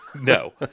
No